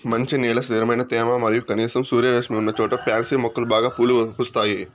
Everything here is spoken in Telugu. మంచి నేల, స్థిరమైన తేమ మరియు కనీసం సూర్యరశ్మి ఉన్నచోట పాన్సి మొక్కలు బాగా పూలు పూస్తాయి